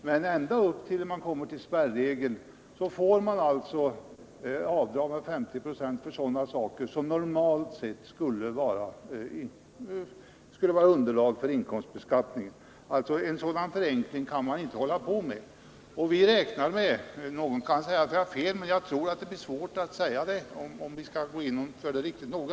Men ända upp till spärregeln får man alltså göra avdrag med 50 96 för sådana saker som normalt sett skulle vara underlag för inkomstbeskattning. En sådan förenkling kan man inte fortsätta med. Någon kan säga att vi har fel, men jag tror att det blir svårt att göra det om vi skall gå igenom det riktigt noga.